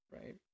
Right